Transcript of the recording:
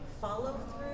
follow-through